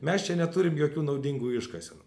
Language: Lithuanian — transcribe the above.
mes čia neturim jokių naudingų iškasenų